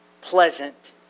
pleasant